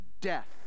death